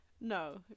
No